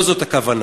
לא זאת הכוונה.